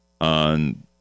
on